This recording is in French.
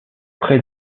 près